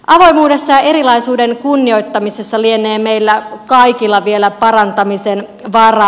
avoimuudessa ja erilaisuuden kunnioittamisessa lienee meillä kaikilla vielä parantamisen varaa